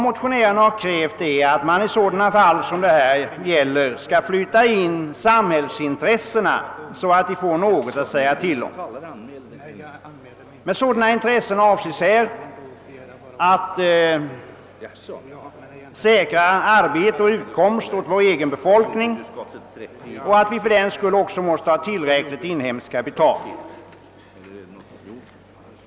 Motionärerna har krävt att man i sådana fall som det här gäller skall flytta in samhällsintressena så att de blir vederbörligen beaktade. Med sådana intressen avses att säkra arbete och utkomst åt vår egen befolkning. Fördenskull måste vi främst se till att det finns inhemskt kapital i tillräcklig utsträckning.